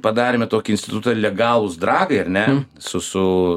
padarėme tokį institutą legalūs dragai ar ne su su